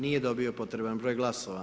Nije dobio potreban broj glasova.